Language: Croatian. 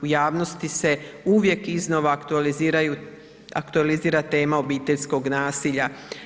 U javnosti se uvijek iznova aktualizira tema obiteljskog nasilja.